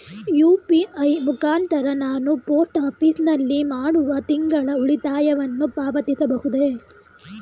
UPI ಮುಖಾಂತರ ನಾನು post office ನಲ್ಲಿ ಮಾಡುವ ತಿಂಗಳ ಉಳಿತಾಯವನ್ನು ಪಾವತಿಸಬಹುದೇ?